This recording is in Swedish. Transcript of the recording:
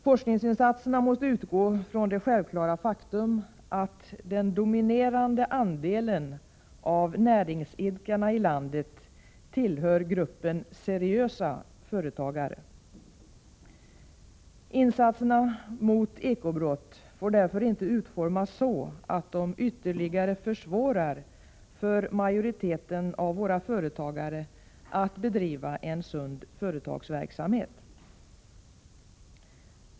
Forskningsinsatserna måste utgå från det självklara faktum att den dominerande andelen av näringsidkarna i landet tillhör gruppen seriösa företagare. Insatserna mot eko-brott får därför inte utformas så att de ytterligare försvårar för majoriteten av våra företagare att bedriva en sund företagsverksamhet.